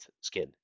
skin